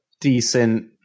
decent